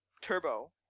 Turbo